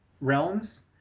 realms